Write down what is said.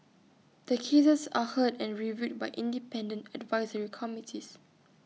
the cases are heard and reviewed by independent advisory committees